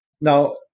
Now